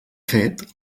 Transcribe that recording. fet